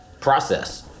process